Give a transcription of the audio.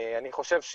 אני חושב,